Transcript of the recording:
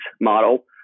model